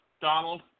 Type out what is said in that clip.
Donald